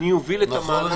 אוביל בדרך שלי.